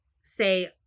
Say